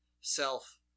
Self